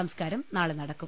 സംസ്കാരം നാളെ നടക്കും